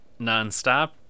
nonstop